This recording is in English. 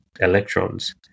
electrons